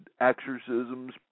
exorcisms